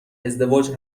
ازدواج